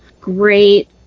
great